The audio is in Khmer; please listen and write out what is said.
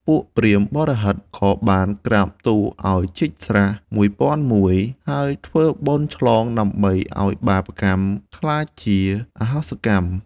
ពួកព្រាហ្មណ៍បុរោហិតក៏បានក្រាបទូលឲ្យជីកស្រះ ១០០១ ហើយធ្វើបុណ្យឆ្លងដើម្បីឲ្យបាបកម្មក្លាយជាអហោសិកម្ម។